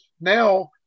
Now